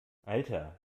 alter